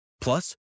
Plus